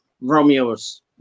Romeo's